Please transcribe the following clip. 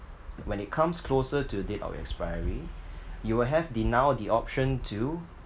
when it comes closer to date of expiry you will have the now the option to